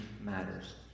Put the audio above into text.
matters